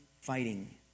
fighting